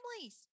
families